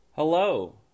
Hello